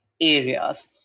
areas